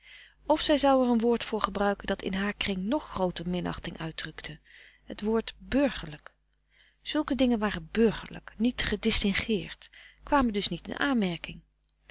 of zij zou er een woord voor gebruiken dat in haar kring nog grooter minachting uitdrukte frederik van eeden van de koele meren des doods het woord burgerlijk zulke dingen waren burgerlijk niet gedistingueerd kwamen dus niet in aanmerking